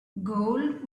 gold